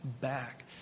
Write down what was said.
back